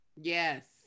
Yes